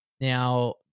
Now